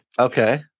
Okay